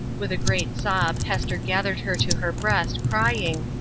with a great sob hester gathered her to her breast, crying,